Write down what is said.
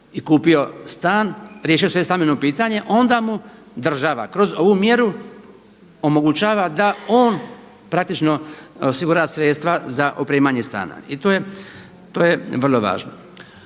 i kupio stan, riješio svoje stambeno pitanje onda mu država kroz ovu mjeru omogućava da on praktično osigura sredstva za opremanje stana i to je vrlo važno.